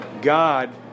God